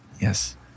Yes